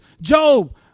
Job